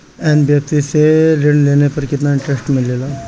NBFC से ऋण लेने पर केतना इंटरेस्ट मिलेला?